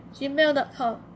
gmail.com